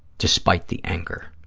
despite the anger?